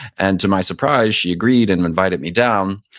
and to my surprise, she agreed and invited me down.